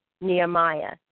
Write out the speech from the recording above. Nehemiah